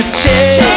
change